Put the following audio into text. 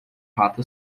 rato